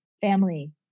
family